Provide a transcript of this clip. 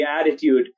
attitude